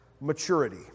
maturity